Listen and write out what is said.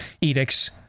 edicts